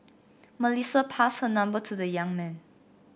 Melissa passed her number to the young man